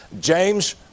James